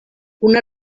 una